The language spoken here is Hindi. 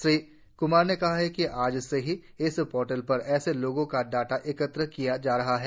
श्री कमार ने कहा कि आज ही से इस पोर्टल पर ऐसे लोगों का डाटा एकत्र किया जा रहा है